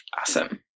awesome